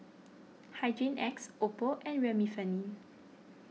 Hygin X Oppo and Remifemin